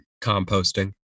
composting